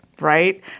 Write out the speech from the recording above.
right